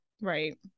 Right